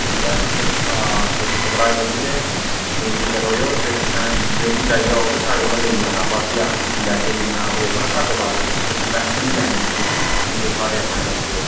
ठीक ऐ तुस हां तुस घबराओ निं ते बेफिक्र रवो ते तुसें जो बी चाहिदा होग साढ़े कोला लेई जाना बाकी अस दिक्खी लैगे जिन्ना होग ना घट्ट बद्ध तुसें टेंशन निं लैनी ऐ ठीक ऐ नी हून तुस साढ़े अपने बंदे ओ